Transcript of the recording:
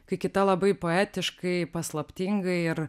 kai kita labai poetiškai paslaptingai ir